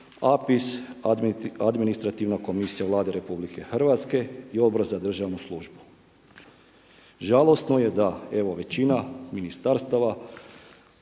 APIS, Administrativna komisija Vlade RH i Odbor za državnu službu. Žalosno je da evo većina ministarstava